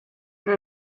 for